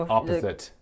Opposite